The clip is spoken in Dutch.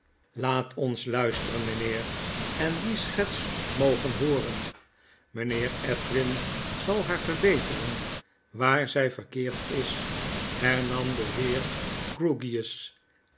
laat ons luisteren mynheer en die schets mogen hooren mijnheer edwin zal haar verbeteren waar zij verkeerd is hernam de heer